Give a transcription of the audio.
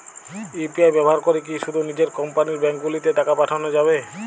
UPI ব্যবহার করে কি শুধু নিজের কোম্পানীর ব্যাংকগুলিতেই টাকা পাঠানো যাবে?